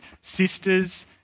sisters